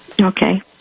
Okay